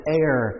air